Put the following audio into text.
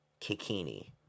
Kikini